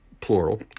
plural